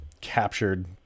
captured